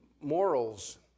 morals